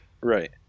Right